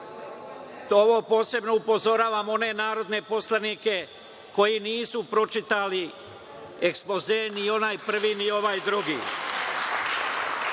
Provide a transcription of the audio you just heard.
Ovo posebno upozoravam one narodne poslanike koji nisu pročitali ekspoze, ni onaj prvi, ni ovaj drugi.